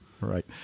right